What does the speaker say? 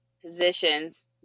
positions